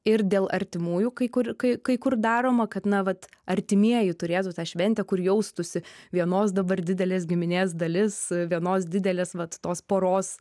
ir dėl artimųjų kai kur kai kai kur daroma kad na vat artimieji turėtų tą šventę kur jaustųsi vienos dabar didelės giminės dalis vienos didelės vat tos poros